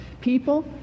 people